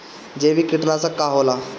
जैविक कीटनाशक का होला?